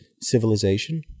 civilization